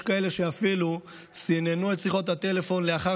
יש כאלה שאפילו סיננו את שיחות הטלפון לאחר